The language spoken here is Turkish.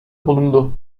bulundu